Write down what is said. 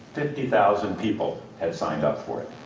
fifty thousand people had signed up for it,